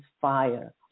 fire